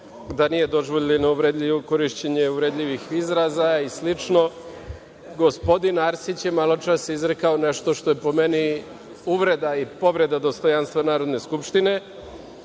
da nije dozvoljeno uvredljivo korišćenje uvredljivih izraza i slično. Gospodin Arsić je maločas izrekao nešto što je po meni uvreda i povreda dostojanstva Narodne skupštine. On